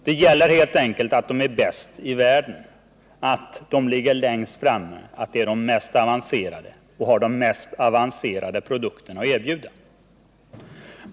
Det gäller helt enkelt att vara bäst i världen, att ligga längst framme, att ha de mest avancerade produkterna att erbjuda.